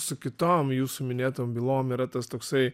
su kitom jūsų minėtom bylom yra tas toksai